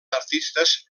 artistes